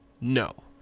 No